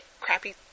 crappy